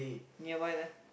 nearby lah